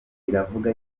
iravuga